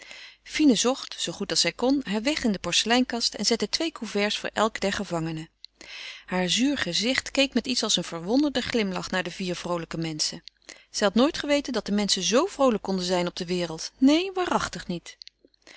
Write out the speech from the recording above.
fine zocht zoo goed als zij kon haar weg in de porceleinkast en zette twee couverts voor elk der gevangenen haar zuur gezicht keek met iets als een verwonderden glimlach naar die vier vroolijke menschen zij had nooit geweten dat de menschen zoo vroolijk konden zijn op de wereld neen waarachtig niet